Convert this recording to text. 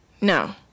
No